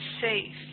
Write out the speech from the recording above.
safe